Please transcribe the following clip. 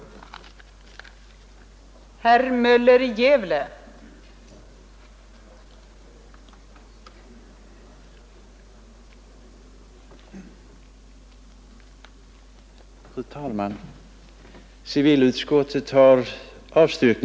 ka centralbyrån